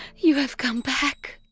you have come back!